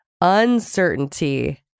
uncertainty